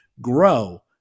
grow